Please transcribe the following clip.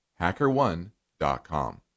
HackerOne.com